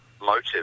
motive